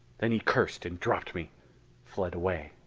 then he cursed and dropped me fled away.